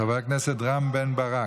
חבר הכנסת רם בן ברק.